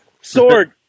Sword